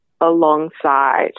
alongside